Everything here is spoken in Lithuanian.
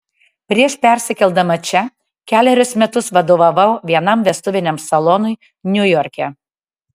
prieš persikeldama čia kelerius metus vadovavau vienam vestuviniam salonui niujorke